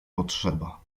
potrzeba